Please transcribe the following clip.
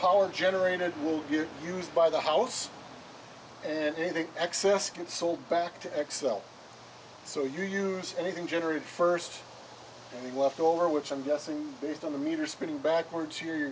power generated will be used by the house and anything excess console back to excel so you use anything generated first left over which i'm guessing based on the meter spinning backwards here